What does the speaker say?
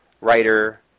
Writer